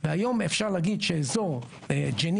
היום אפשר להגיד שאזור ג'נין,